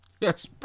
Yes